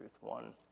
one